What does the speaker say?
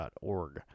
org